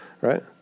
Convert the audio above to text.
right